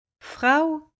Frau